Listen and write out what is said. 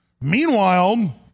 Meanwhile